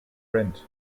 print